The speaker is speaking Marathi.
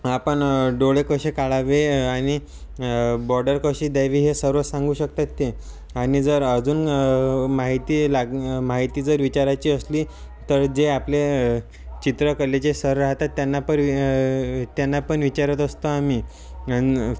आपण डोळे कसे काढावे आणि बॉर्डर कशी द्यावी हे सर्व सांगू शकतात ते आणि जर अजून माहिती लाग माहिती जर विचारायची असली तर जे आपले चित्रकलेचे सर राहतात त्यांना पण त्यांना पण विचारत असतो आम्ही आणि